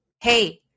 hey